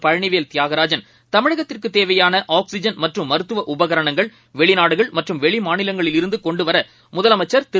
பழனிவேல் தியாகராஜன் தமிழகத்திற்குதேவையானஆக்சிஜன் மற்றும் மருத்துவஉபகரணங்கள் வெளிநாடுகள் மற்றும் வெளிமாநிலங்களில் இருந்துகொண்டுவரமுதலமைச்சா் திரு